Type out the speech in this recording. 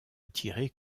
attiré